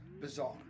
bizarre